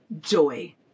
joy